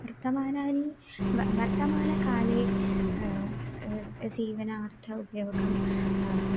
वर्तमानानि व वर्तमानकाले सीवनार्थम् उपयोगं